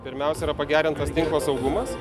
pirmiausia yra pagerintas tinklo saugumas